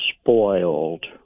spoiled